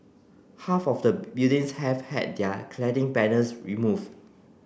half of the buildings have had their cladding panels removed